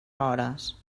hores